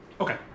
Okay